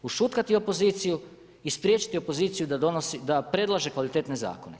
Ušutkati opoziciju i spriječiti opoziciju da predlaže kvalitetne zakone.